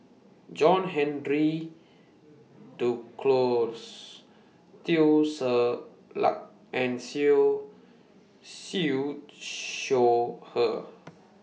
John Henry Duclos Teo Ser Luck and Siew Siew Shaw Her